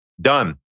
Done